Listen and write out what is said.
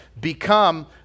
become